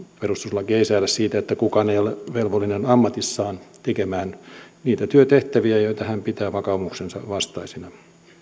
perustuslaki ei säädä siitä että kukaan ei ole velvollinen ammatissaan tekemään niitä työtehtäviä joita hän pitää vakaumuksensa vastaisina